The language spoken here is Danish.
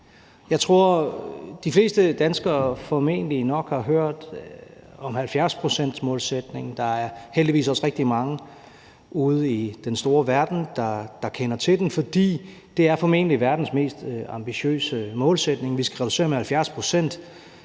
Jeg tror, de fleste danskere formentlig nok har hørt om 70-procentsmålsætningen, og der er heldigvis også rigtig mange ude i den store verden, der kender til den, for det er formentlig verdens mest ambitiøse målsætning. Vi skal reducere med 70